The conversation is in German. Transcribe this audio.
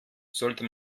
sollte